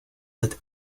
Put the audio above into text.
that